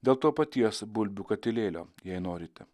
dėl to paties bulbių katilėlio jei norite